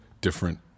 different